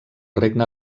regne